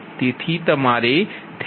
તેથી તમારે થેવેનિન બરાબર મેળવવું પડશે